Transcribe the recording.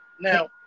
Now